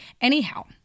Anyhow